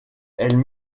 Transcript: elle